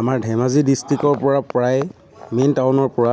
আমাৰ ধেমাজি ডিষ্ট্ৰিকৰ পৰা প্ৰায় মেইন টাউনৰ পৰা